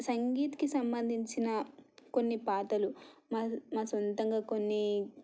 సంగీత్కి సంబంధించిన కొన్ని పాటలు మా మా సొంతంగా కొన్నీ